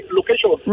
location